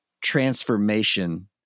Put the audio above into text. transformation